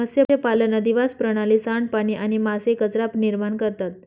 मत्स्यपालन अधिवास प्रणाली, सांडपाणी आणि मासे कचरा निर्माण करता